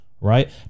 right